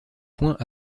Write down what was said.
point